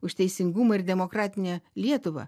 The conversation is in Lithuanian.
už teisingumą ir demokratinę lietuvą